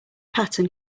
pattern